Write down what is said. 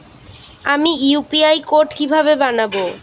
আমি UPI code কিভাবে বানাব?